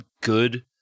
good